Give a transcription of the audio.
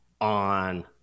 on